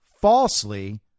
falsely